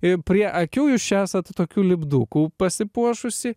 ir prie akių jūs čia esat tokių lipdukų pasipuošusi